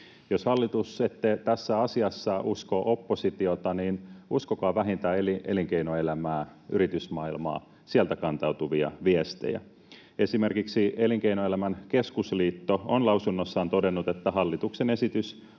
Jos, hallitus, ette tässä asiassa usko oppositiota, niin uskokaa vähintään elinkeinoelämää, yritysmaailmaa, sieltä kantautuvia viestejä. Esimerkiksi Elinkeinoelämän keskusliitto on lausunnossaan todennut, että hallituksen esitys